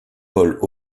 paul